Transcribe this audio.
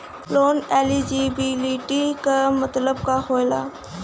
Loan eligibility का मतलब का होला?